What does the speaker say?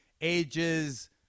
ages